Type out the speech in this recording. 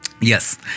Yes